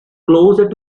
closer